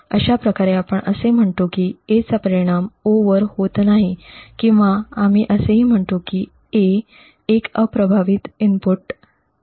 अशा प्रकारे आपण असे म्हणतो की A चा परिणाम O वर होत नाही किंवा आम्ही असेही म्हणतो की A एक अप्रभावित इनपुट आहे